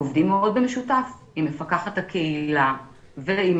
עובדים מאוד במשותף עם מפקחת הקהילה ועם